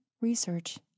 research